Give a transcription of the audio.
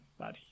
buddy